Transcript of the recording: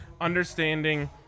understanding